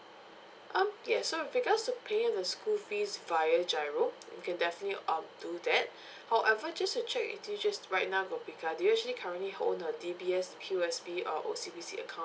um yes so with regards to paying of the school fees via giro you can definitely um do that however just to check with you just right now do you actually currently hold a D_B_S P_O_S_B or O_C_B_C account